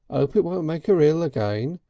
ope it won't make er ill again.